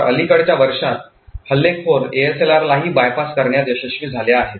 तर अलिकडच्या वर्षांत हल्लेखोर ASLR लाही बायपास करण्यात यशस्वी झाले आहेत